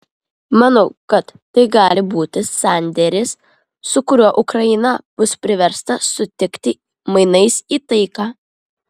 manau kad tai gali būti sandėris su kuriuo ukraina bus priversta sutikti mainais į taiką